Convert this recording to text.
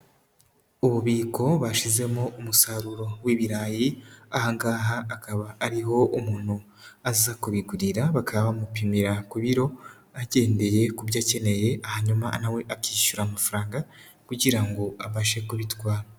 Ububiko bashyizemo umusaruro w'ibirayi, aha ngaha akaba ariho umuntu aza kubigurira bakaba bamupimira ku biro agendeye ku byo akeneye, hanyuma nawe akishyura amafaranga kugira ngo abashe kubitwara.